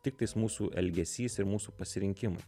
tiktais mūsų elgesys ir mūsų pasirinkimai